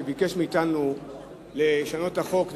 שביקש מאתנו לשנות את החוק,